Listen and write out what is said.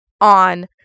on